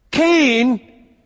Cain